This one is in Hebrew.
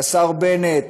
השר בנט